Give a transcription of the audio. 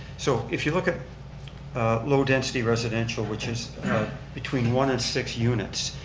so, if you look at low density residential, which is between one and six units,